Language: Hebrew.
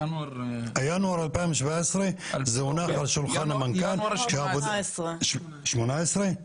ינואר 2017 זה הונח על שולחן המנכ"ל --- ינואר 2018. 2018?